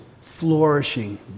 flourishing